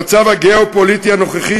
במצב הגיאו-פוליטי הנוכחי,